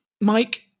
Mike